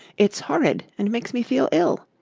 it's horrid and makes me feel ill.